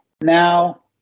Now